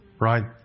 Right